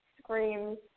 screams